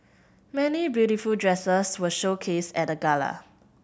many beautiful dresses were showcased at the gala